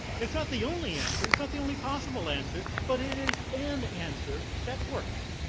it's not the only answer, it's not the only possible answer, but it is an answer that works.